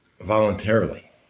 voluntarily